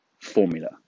formula